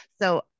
So-